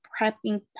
prepping